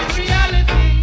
reality